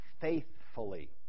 faithfully